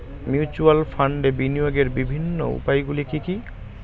Mutual ফান্ডে বিনিয়োগের বিভিন্ন উপায়গুলি কি কি?